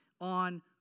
on